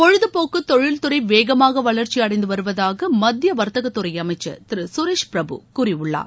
பொழுதபோக்கு தொழில்துறை வேகமாக வளர்ச்சி அடைந்து வருவதாக மத்திய வர்த்தகத்துறை அமைச்சர் திரு சுரேஷ் பிரபு கூறியுள்ளார்